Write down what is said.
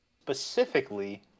specifically